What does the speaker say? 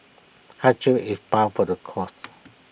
hardship is par for the course